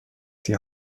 die